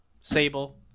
Sable